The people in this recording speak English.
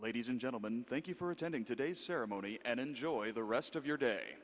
ladies and gentlemen thank you for attending today's ceremony and enjoy the rest of your day